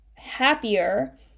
happier